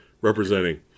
representing